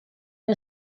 una